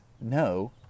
no